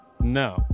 No